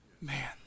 Man